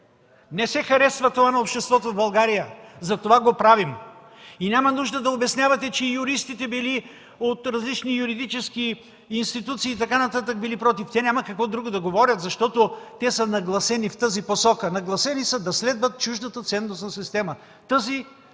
не се харесва на обществото в България, затова го правим. Няма нужда да обяснявате, че юристите били от различни юридически институции и така нататък, и те били против. Те няма какво друго да говорят, защото те са нагласени в тази посока. Нагласени са да следват чуждата ценностна система – тази